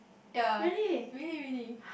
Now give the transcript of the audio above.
ya really really